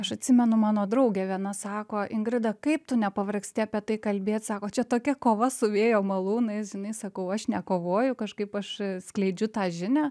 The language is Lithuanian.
aš atsimenu mano draugė viena sako ingrida kaip tu nepavargsti apie tai kalbėt sako čia tokia kova su vėjo malūnais žinai sakau aš nekovoju kažkaip aš skleidžiu tą žinią